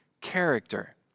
character